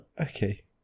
okay